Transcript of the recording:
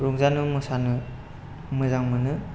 रंजानो मोसानो मोजां मोनो